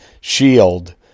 shield